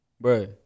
bro